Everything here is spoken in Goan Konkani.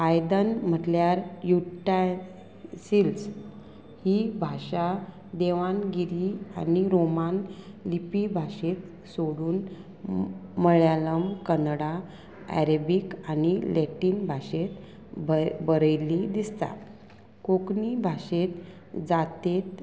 आयदन म्हटल्यार युटायसिल्स ही भाशा देवानगिरी आनी रोमान लिपी भाशेंत सोडून मळ्यालम कन्नडा एरेबीक आनी लॅटीन भाशेत बरयल्ली दिसता कोंकणी भाशेंत जातेत